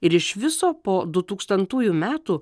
ir iš viso po du tūkstantųjų metų